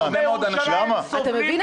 אתה שולח הרבה מאוד אנשים ------ כל העיר,